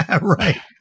Right